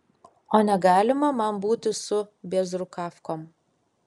o negalima man būti su bėzrukavkom